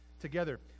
together